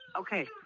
Okay